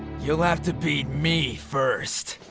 you'll have to beat me first.